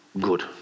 good